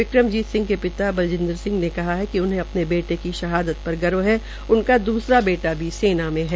विक्रम जीत के पिता बलजिंदर सिंह ने कहा कि उन्हें अपने बेटे की शहादत पर गर्व है उनका द्रसरा बेटा भी सेना में है